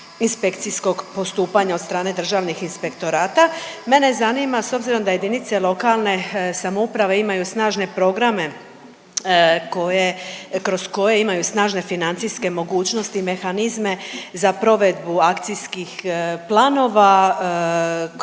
inspekcijskog postupanja od strane državnih inspektorata. Mene zanima s obzirom da jedinice lokalne samouprave imaju snažne programe koje kroz koje imaju snažne financijske mogućnosti i mehanizme za provedbu akcijskih planova